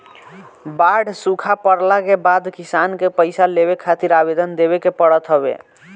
बाढ़ सुखा पड़ला के बाद किसान के पईसा लेवे खातिर आवेदन देवे के पड़त हवे